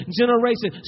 generation